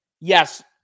yes